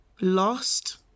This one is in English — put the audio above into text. lost